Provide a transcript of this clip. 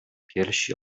piersi